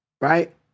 right